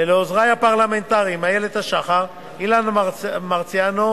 ולעוזרי הפרלמנטריים איילת השחר, אילן מרסיאנו